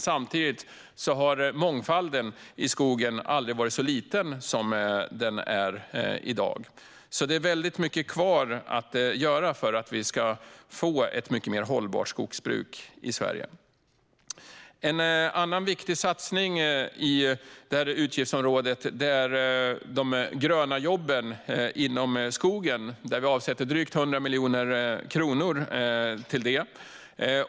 Samtidigt har mångfalden i skogen aldrig varit så liten som den är i dag. Väldigt mycket finns kvar att göra för att vi ska få ett mycket mer hållbart skogsbruk i Sverige. En annan viktig satsning i utgiftsområdet är de gröna jobben inom skogen. Vi avsätter drygt 100 miljoner kronor till detta.